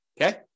okay